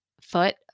foot